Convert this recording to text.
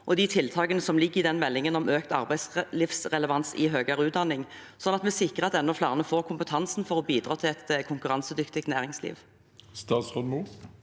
og de tiltakene som ligger i meldingen om økt arbeidslivsrelevans i høyere utdanning, sånn at vi sikrer at enda flere får kompetanse til å bidra til et konkurransedyktig næringsliv?